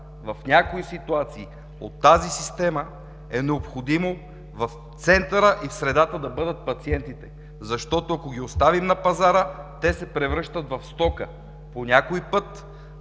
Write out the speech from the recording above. В някои ситуации от тази система е необходимо в центъра и в средата да бъдат пациентите, защото ако ги оставим на пазара, те се превръщат в стока по някой път